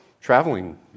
traveling